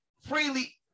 freely